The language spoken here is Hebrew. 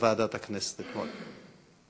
בוועדת הכנסת אתמול.